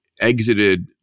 exited